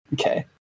Okay